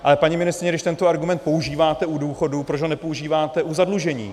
Ale paní ministryně, když tento argument používáte u důchodů, proč ho nepoužíváte u zadlužení?